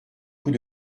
coup